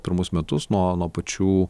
pirmus metus nuo nuo pačių